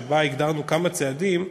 שבה הגדרנו כמה צעדים,